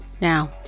Now